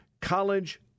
college